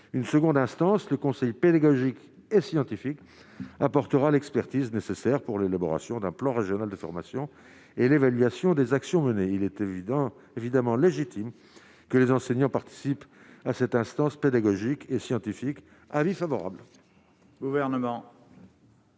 une seconde instance le conseil pédagogique et scientifique apportera l'expertise nécessaires pour l'élaboration d'un plan régional de formation et l'évaluation des actions menées, il est évident évidemment légitime que les enseignants participent à cette instance pédagogique et scientifique : avis favorable